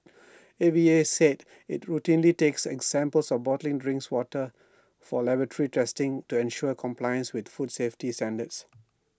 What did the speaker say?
A V A said IT routinely takes examples of bottling drinks water for laboratory testing to ensure compliance with food safety standards